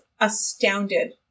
astounded